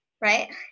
right